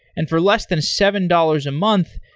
and for less than seven dollars a month,